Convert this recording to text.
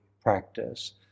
practice